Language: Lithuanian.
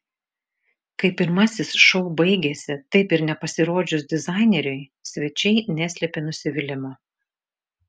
kai pirmasis šou baigėsi taip ir nepasirodžius dizaineriui svečiai neslėpė nusivylimo